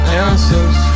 answers